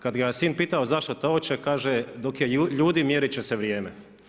Kad ga je sin pitao zašto to hoće, kaže dok je ljudi mjerit će se vrijeme.